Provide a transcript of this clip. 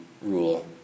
rule